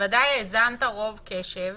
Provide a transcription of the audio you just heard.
בוודאי האזנת רוב קשב